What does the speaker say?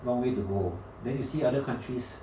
long way to go then you see other countries